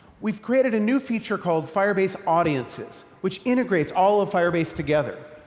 we've created a new feature called firebase audiences which integrates all of firebase together.